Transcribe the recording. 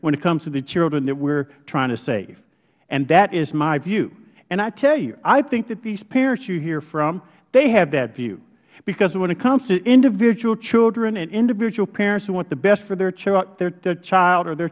when it comes to the children that we are trying to save and that is my view and i tell you i think that these parents you hear from they have that view because when it comes to individual children and individual parents who want the best for their child or their